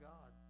God